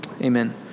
amen